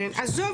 עזוב,